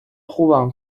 خوبم